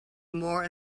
more